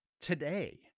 today